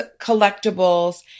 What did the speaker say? collectibles